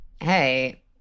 hey